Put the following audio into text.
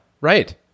right